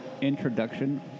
introduction